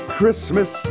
Christmas